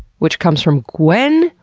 which comes from gwen,